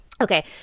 Okay